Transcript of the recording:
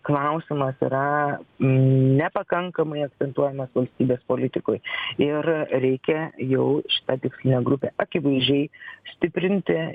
klausimas yra nepakankamai akcentuojamas valstybės politikoj ir reikia jau šitą tikslinę grupę akivaizdžiai stiprinti